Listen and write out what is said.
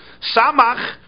Samach